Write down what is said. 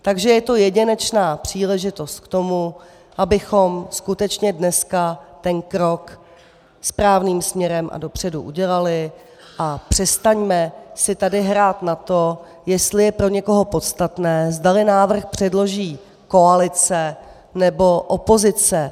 Takže je to jedinečná příležitost k tomu, abychom skutečně dneska ten krok správným směrem a dopředu udělali a přestaňme si tady hrát na to, jestli je pro někoho podstatné, zdali návrh předloží koalice, nebo opozice.